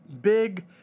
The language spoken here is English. big